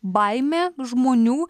baimė žmonių